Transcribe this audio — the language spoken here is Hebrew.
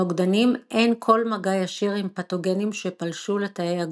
קיימים נוגדנים רבים מסוגים שונים הפועלים נגד פולשים מסוגים שונים.